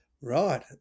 Right